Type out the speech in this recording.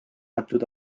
antud